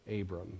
Abram